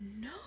no